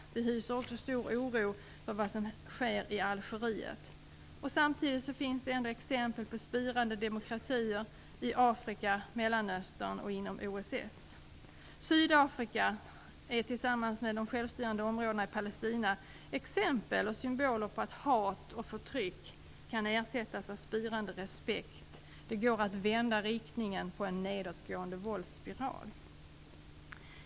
Vi hyser också stor oro för vad som sker i Algeriet. Samtidigt finns det ändå exempel på spirande demokratier i Afrika, Mellanöstern och inom OSS. Sydafrika är tillsammans med de självstyrande områdena i Palestina exempel och symboler på att hat och förtryck kan ersättas av spirande respekt - det går att vända riktningen på en nedåtgående våldsspiral.